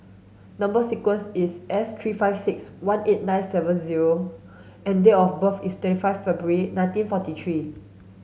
number sequence is S three five six one eight nine seven zero and date of birth is twenty five February nineteen forty three